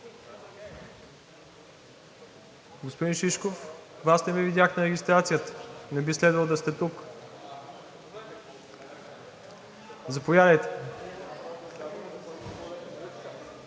Господин Шишков, Вас не Ви видях на регистрацията, не би следвало да сте тук. (Реплики от